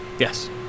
Yes